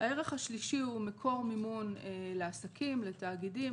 הערך השלישי הוא מקור מימון לעסקים, לתאגידים.